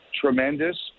tremendous